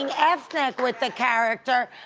ethnic with the character.